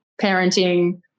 parenting